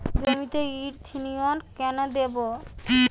জমিতে ইরথিয়ন কেন দেবো?